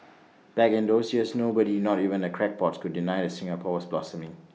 back in those years nobody not even the crackpots could deny that Singapore was blossoming